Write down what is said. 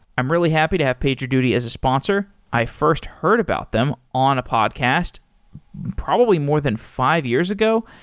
i'm really happy to have pager duty as a sponsor. i first heard about them on a podcast probably more than five years ago.